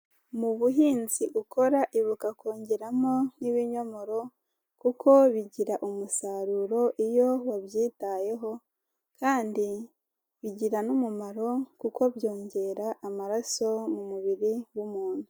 Mu buhinzi ukora, ibuka kongeramo n'ibinyomoro, kuko bigira umusaruro iyo wabyitayeho, kandi bigira n'umumaro kuko byongera amaraso mu mubiri w'umuntu.